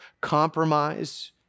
compromise